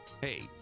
hey